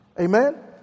amen